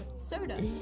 Soda